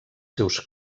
seus